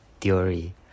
Theory